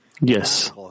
Yes